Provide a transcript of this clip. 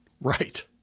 Right